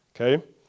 Okay